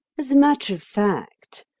as a matter of fact,